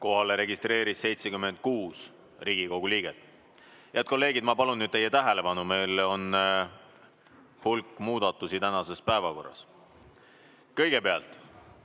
Kohalolijaks registreerus 76 Riigikogu liiget. Head kolleegid, ma palun nüüd teie tähelepanu! Meil on hulk muudatusi tänases päevakorras. Kõigepealt,